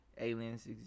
aliens